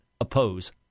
oppose